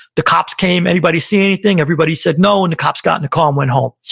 the cops came, anybody see anything? everybody said no, and the cops got in the car and went home.